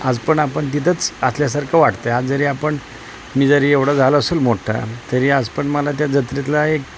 आज पण आपण तिथंच असल्यासारखं वाटतं आहे आज जरी आपण मी जरी एवढं झालो असेल मोठ्ठा तरी आज पण मला त्या जत्रेतला एक